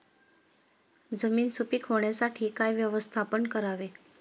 जमीन सुपीक होण्यासाठी काय व्यवस्थापन करावे?